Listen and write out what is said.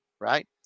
right